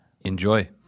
Enjoy